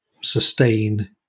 sustain